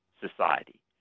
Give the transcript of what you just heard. Society